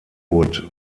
wood